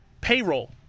payroll